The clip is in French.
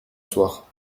soir